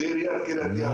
זו עיריית קריית ים.